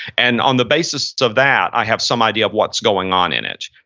and on the basis of that, i have some idea of what's going on in it.